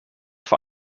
vor